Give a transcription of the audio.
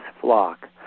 flock